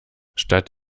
statt